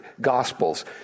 Gospels